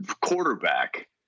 quarterback